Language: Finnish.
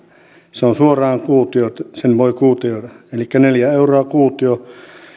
se on suoraan kuutio sen voi kuutioida elikkä neljä euroa kuutio